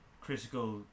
critical